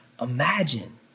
imagine